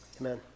Amen